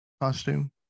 costume